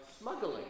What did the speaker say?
smuggling